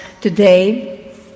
today